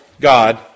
God